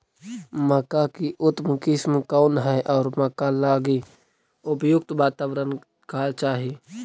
मक्का की उतम किस्म कौन है और मक्का लागि उपयुक्त बाताबरण का चाही?